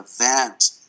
event